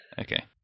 Okay